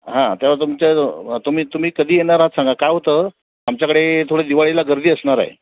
हां त्यावर तुमच्या तुम्ही तुम्ही कधी येणार आहात सांगा काय होतं आमच्याकडे थोडे दिवाळीला गर्दी असणार आहे